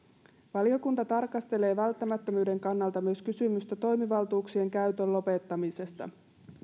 valiokunta tarkastelee välttämättömyyden kannalta myös kysymystä toimivaltuuksien käytön lopettamisesta